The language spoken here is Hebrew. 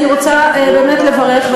אני רוצה באמת לברך,